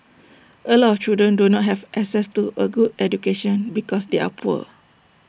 A lot of children do not have access to A good education because they are poor